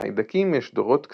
לחיידקים יש דורות קצרים,